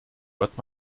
hört